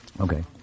Okay